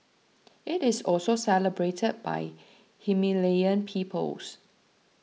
it is also celebrated by Himalayan peoples